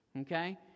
Okay